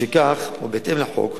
משכך, ובהתאם לחוק,